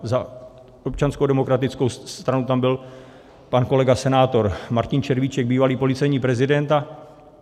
Za Občanskou demokratickou stranu tam byl pan kolega senátor Martin Červíček, bývalý policejní prezident.